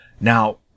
Now